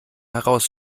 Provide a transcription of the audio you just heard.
heraus